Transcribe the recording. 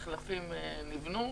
המחלפים נבנו,